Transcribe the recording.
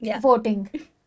voting